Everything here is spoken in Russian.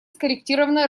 скорректированное